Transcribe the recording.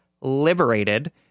liberated